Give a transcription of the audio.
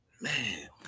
man